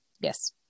Yes